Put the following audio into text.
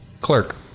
clerk